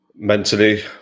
Mentally